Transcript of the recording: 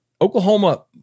Oklahoma